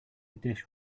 dish